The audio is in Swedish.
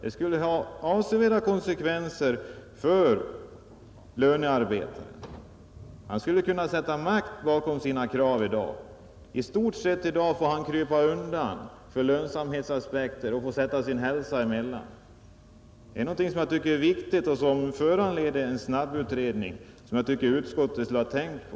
Det skulle få avsevärda konsekvenser för lönearbetaren. Han skulle kunna sätta makt bakom sina krav. I dag får han i stort sett krypa undan för lönsamhetsaspekter och sätta sin hälsa på spel. Detta är någonting som jag tycker är viktigt och som borde föranleda en snabbutredning, vilket jag anser att utskottet skulle ha tänkt på.